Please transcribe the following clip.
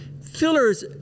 Fillers